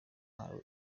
nto